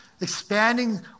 expanding